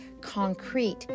concrete